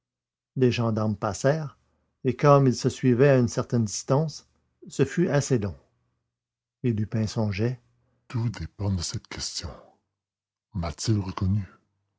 les gendarmes passèrent et comme ils se suivaient à une certaine distance ce fut assez long et lupin songeait tout dépend de cette question m'a-t-il reconnu